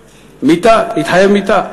מיתה, התחייב מיתה.